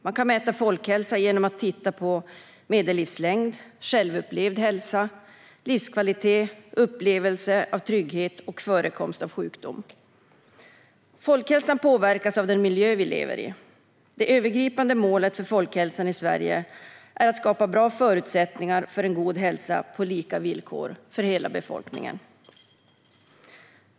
Man kan mäta folkhälsa genom att titta på medellivslängd, självupplevd hälsa, livskvalitet, upplevelse av trygghet och förekomst av sjukdom. Folkhälsan påverkas av den miljö vi lever i. Det övergripande målet för folkhälsan i Sverige är att skapa bra förutsättningar för en god hälsa på lika villkor för hela befolkningen.